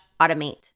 automate